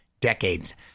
decades